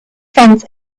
fence